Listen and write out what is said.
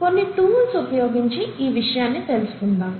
కొన్ని టూల్స్ ఉపయోగించి ఈ విషయాన్ని తెలుసుకుందాం